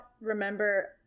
remember